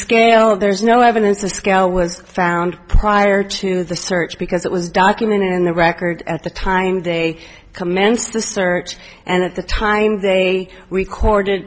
scale of there's no evidence of scale was found prior to the search because it was documented in the record at the time they commenced the search and at the time they recorded